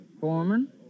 Foreman